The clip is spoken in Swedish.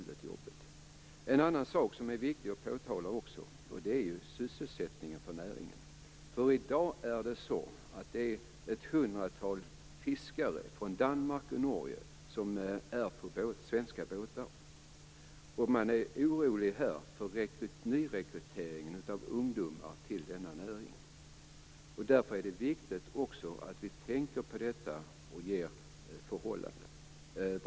Det är också viktigt att ta upp sysselsättningen för näringen. I dag arbetar ett hundratal fiskare från Danmark och Norge på svenska båtar. De svenska yrkesfiskarna är oroliga för nyrekryteringen till näringen. Därför är det viktigt att vi skapar goda förhållanden.